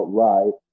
right